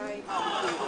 ירים את ידו.